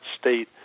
state